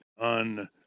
on